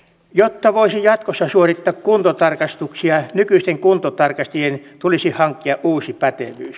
jotta voisi jatkossa suorittaa kuntotarkastuksia nykyisten kuntotarkastajien tulisi hankkia uusi pätevyys